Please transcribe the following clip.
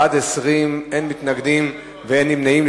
בעד, 20, אין מתנגדים ואין נמנעים.